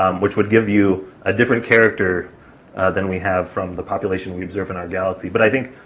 um which would give you a different character than we have from the population we observe in our galaxy. but i think,